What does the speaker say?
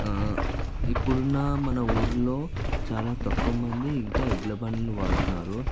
ఇప్పుడున్న మన ఊరిలో చాలా తక్కువ మంది ఇంకా ఎడ్లబండ్లు వాడుతున్నారు